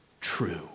true